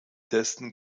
dessen